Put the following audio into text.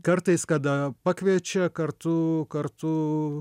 kartais kada pakviečia kartu kartu